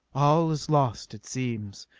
all is lost, it seems.